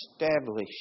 established